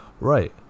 Right